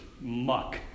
muck